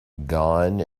gone